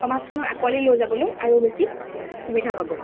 সমাজখনক আঁকোৱালি লৈ যাবলৈ আৰু বেছি সুবিধা পাব